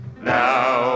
Now